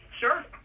Sure